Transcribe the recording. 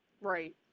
Right